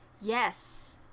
Yes